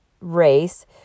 race